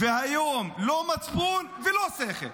והיום, לא מצפון ולא שכל.